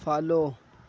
follow